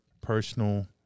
personal